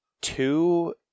two